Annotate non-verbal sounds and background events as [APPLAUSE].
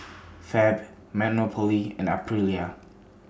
[NOISE] Fab Monopoly and Aprilia